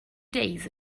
days